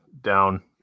down